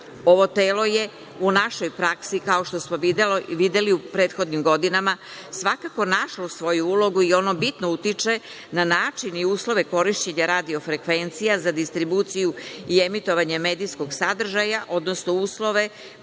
rad. Ovo telo je u našoj praksi, kao što smo videli u prethodnim godinama, svakako našlo svoju ulogu i ono bitno utiče na način i uslove korišćenja radiofrekvencija za distribuciju i emitovanje medijskog sadržaja, odnosno uslove